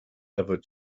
ever